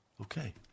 Okay